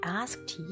asked